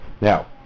Now